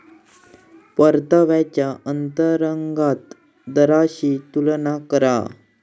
परताव्याच्या अंतर्गत दराशी तुलना करा